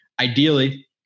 ideally